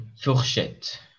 fourchette